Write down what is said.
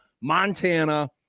Montana